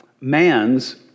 man's